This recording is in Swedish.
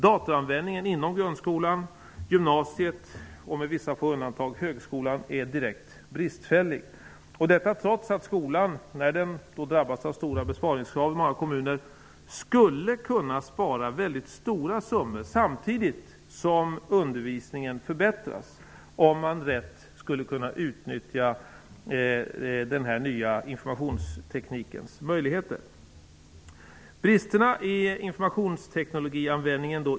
Dataanvändningen inom grundskolan, gymnasiet och med vissa få undantag högskolan är direkt bristfällig. Detta trots att skolan när den i många kommuner drabbas av stora besparingskrav skulle kunna spara väldigt stora summor samtidigt som undervisningen förbättrades om man rätt kunde utnyttja den nya informationsteknikens möjligheter.